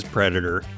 Predator